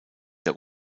der